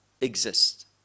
exist